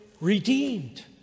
redeemed